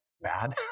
bad